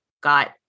got